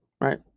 right